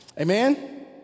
Amen